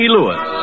Lewis